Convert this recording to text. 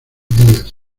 días